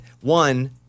One